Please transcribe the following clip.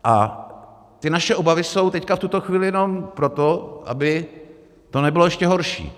A naše obavy jsou teď v tuto chvíli jenom proto, aby to nebylo ještě horší.